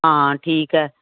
ਹਾਂ ਠੀਕ ਹੈ